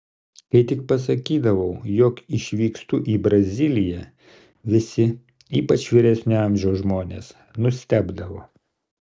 kai tik pasakydavau jog išvykstu į braziliją visi ypač vyresnio amžiaus žmonės nustebdavo